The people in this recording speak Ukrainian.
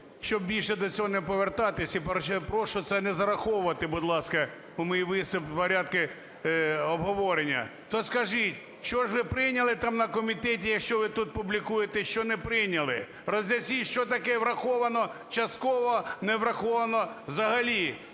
щоб більше до цього не повертатись, і прошу це не зараховувати, будь ласка, у мій виступ в порядку обговорення. То скажіть, що ж ви прийняли там на комітеті, якщо ви тут публікуєте, що не прийняли? Роз'ясніть, що таке "враховано частково", "не враховано взагалі"?